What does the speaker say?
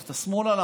הלכת שמאלה,